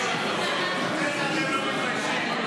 איך אתם לא מתביישים,